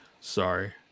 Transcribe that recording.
sorry